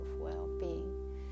well-being